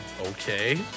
Okay